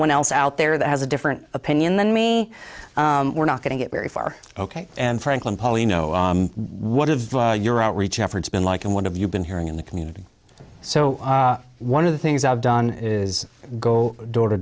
one else out there that has a different opinion than me we're not going to get very far ok and franklin probably know one of your outreach efforts been like and what have you been hearing in the community so one of the things i've done is go door to